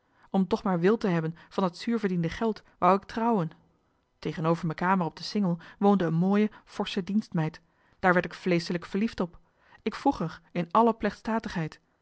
om toch maar wil te hebben van dat zuurverdiende geld wou ik trouwen tegenover m'en kamer op de singel woonde een mooie forsche dienstmeid daar werd ik vleeschelijk verliefd op ik vroeg er in alle